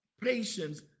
patience